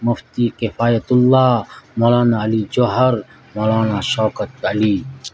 Mufti Kifayatullah Maulana Ali Jauhar Maulana Shaukat Ali